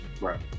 right